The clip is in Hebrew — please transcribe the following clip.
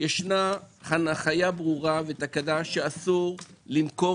יש הנחיה ברורה ותקנה שאסור למכור